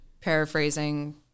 paraphrasing